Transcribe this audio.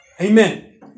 Amen